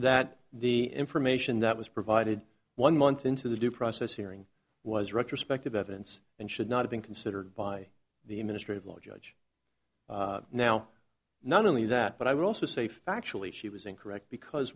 that the information that was provided one month into the due process hearing was retrospective evidence and should not have been considered by the administrative law judge now not only that but i would also say factually she was incorrect because